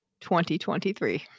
2023